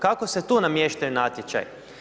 Kako se tu namještaju natječaji?